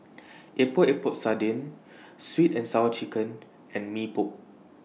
Epok Epok Sardin Sweet and Sour Chicken and Mee Pok